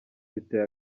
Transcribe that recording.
biteye